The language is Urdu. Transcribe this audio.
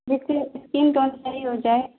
جس کی وجہ سے اسکن ٹون صحیح ہو جائے